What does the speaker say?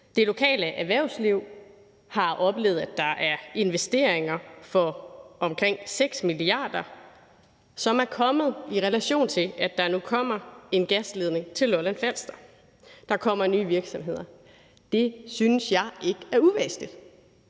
Det lokale erhvervsliv har oplevet, at der er investeringer for omkring 6 mia. kr., som er kommet, i relation til at der nu kommer en gasledning til Lolland-Falster. Der kommer nye virksomheder. Det synes jeg ikke er uvæsentligt.